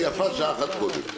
ויפה שעה אחת קודם.